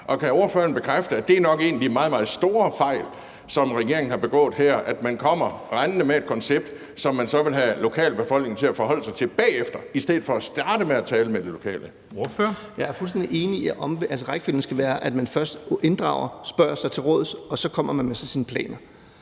Kan ordføreren bekræfte, at det nok er en af de meget, meget store fejl, som regeringen har begået her, at man kommer rendende med et koncept, som man så vil have lokalbefolkningen til at forholde sig til bagefter, i stedet for at starte med at tale med de lokale? Kl. 11:13 Formanden (Henrik Dam Kristensen): Ordføreren. Kl. 11:13 Jacob Jensen (V): Jeg er fuldstændig enig i, at rækkefølgen skal være, at man først inddrager og spørger til råds, og så kommer man med sine planer.